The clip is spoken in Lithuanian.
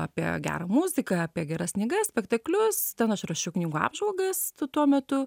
apie gerą muziką apie geras knygas spektaklius ten aš rašiau knygų apžvalgas tu tuo metu